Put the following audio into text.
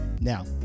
Now